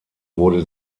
wurde